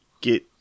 get